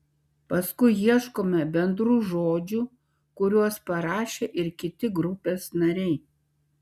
paskui ieškome bendrų žodžių kuriuos parašė ir kiti grupės nariai